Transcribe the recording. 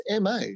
ma